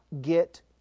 get